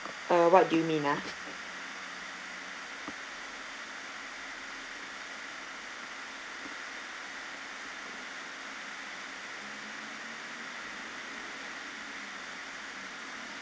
uh what do you mean ah